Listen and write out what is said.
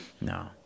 No